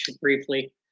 briefly